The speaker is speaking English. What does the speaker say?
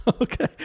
Okay